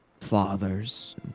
fathers